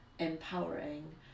Empowering